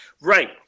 Right